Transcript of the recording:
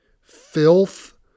filth